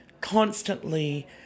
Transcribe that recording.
constantly